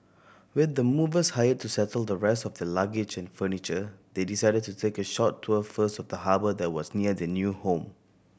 with the movers hired to settle the rest of their luggage and furniture they decided to take a short tour first of the harbour that was near their new home